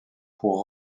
pour